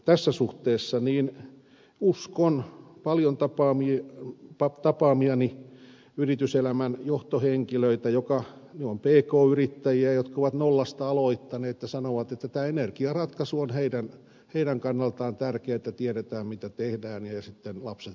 tässä suhteessa uskon paljon tapaamiani yrityselämän johtohenkilöitä jotka ovat pk yrittäjiä ja jotka ovat nollasta aloittaneet ja sanovat että tämä energiaratkaisu on heidän kannaltaan tärkeä että tiedetään mitä tehdään ja sitten lapset voivat jatkaa